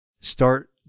Start